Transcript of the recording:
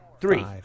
three